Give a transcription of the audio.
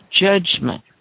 judgment